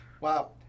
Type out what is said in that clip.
Wow